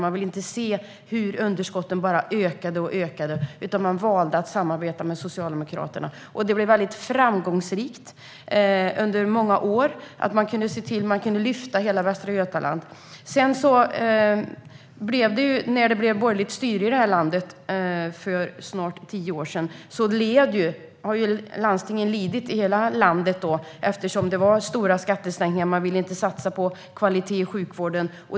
Man ville inte se hur underskotten bara ökade och ökade, utan man valde att samarbeta med Socialdemokraterna. Det blev ett väldigt framgångsrikt samarbete under väldigt många år. Man kunde lyfta hela Västra Götaland. När det blev borgerligt styre i det här landet för snart tio år sedan fick landstingen i hela landet lida eftersom det skedde stora skattesänkningar. Man ville inte satsa på kvalitet i sjukvården.